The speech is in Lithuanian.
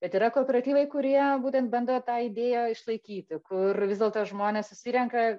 bet yra kooperatyvai kurie būtent bando tą idėją išlaikyti kur vis dėlto žmonės susirenka